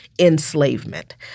enslavement